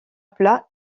plat